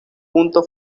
punto